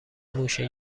موشه